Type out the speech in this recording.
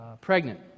pregnant